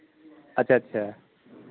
अच्छा अच्छा